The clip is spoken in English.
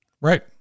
Right